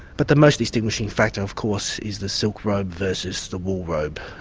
but the most distinguishing factor of course is the silk robe versus the wool robe.